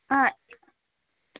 ആ